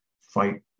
fight